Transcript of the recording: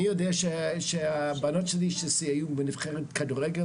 אני יודע שהבנות שלי ששיחקו בנבחרת כדורגל,